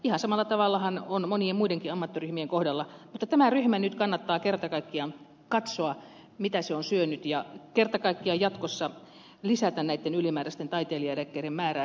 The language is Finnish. ihan samalla tavallahan on monien muidenkin ammattiryhmien kohdalla mutta tämä ryhmä nyt kannattaa kerta kaikkiaan katsoa mitä se on syönyt ja jatkossa lisätä näitten ylimääräisten taiteilijaeläkkeiden määrää